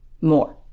more